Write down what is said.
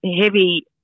heavy